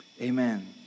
amen